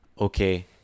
okay